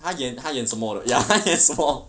他演他演什么的他演什么